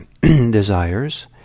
desires